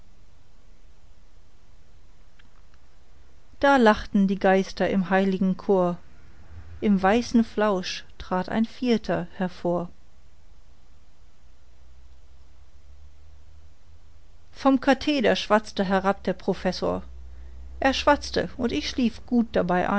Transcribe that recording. da lachten die geister im lustigen chor im weißen flausch trat ein vierter hervor vom katheder schwatzte herab der professor er schwatzte und ich schlief gut dabei